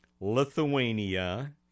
Lithuania